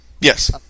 Yes